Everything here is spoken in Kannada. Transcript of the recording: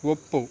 ಒಪ್ಪು